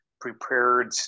prepared